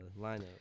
lineup